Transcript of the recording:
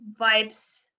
vibes